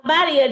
body